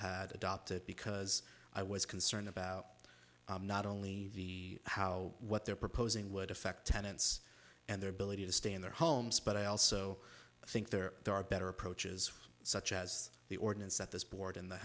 had adopted because i was concerned about not only the how what they're proposing would affect tenants and their ability to stay in their homes but i also think there are better approaches such as the ordinance that this board in the